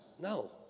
No